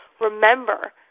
remember